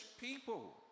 people